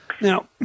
Now